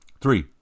Three